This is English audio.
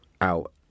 out